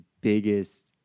biggest